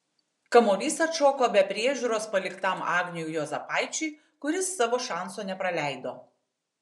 kamuolys atšoko be priežiūros paliktam agniui juozapaičiui kuris savo šanso nepraleido